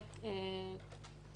המידע